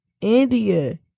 India